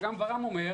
אפרופו גם ור"מ אומר: